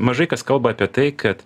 mažai kas kalba apie tai kad